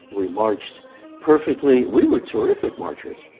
we marched perfectly. we were terrific marchers.